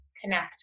connect